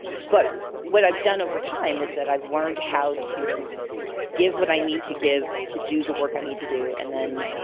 but what i've one over time is that i've learned how to give what i need to give to do the work i need to do. and then,